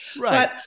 right